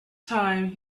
time